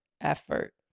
effort